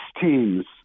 teams